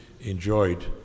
enjoyed